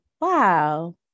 wow